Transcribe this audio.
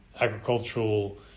Agricultural